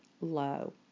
low